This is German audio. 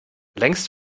längst